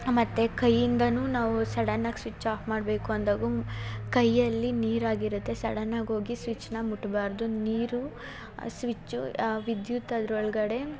ಮತ್ತು ಕೈಯಿಂದನು ನಾವು ಸಡನ್ನಾಗಿ ಸ್ವಿಚ್ ಆಫ್ ಮಾಡಬೇಕು ಅಂದಾಗೂ ಕೈಯಲ್ಲಿ ಸಡನ್ನಾಗಿ ಹೋಗಿ ಸ್ವಿಚ್ನ ಮುಟ್ಬಾರದು ನೀರು ಸ್ವಿಚ್ಚು ವಿದ್ಯುತ್ ಅದ್ರ ಒಳಗಡೆ